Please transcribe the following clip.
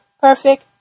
perfect